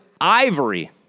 ivory